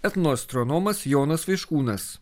etnoastronomas jonas vaiškūnas